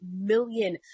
million